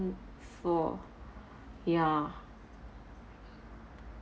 four ya